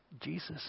Jesus